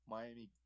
Miami